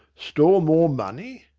stowl maw money!